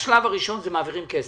בשלב הראשון מעבירים כסף.